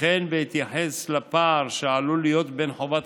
וכן בהתייחס לפער שעלול להיות בין חובת